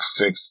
fix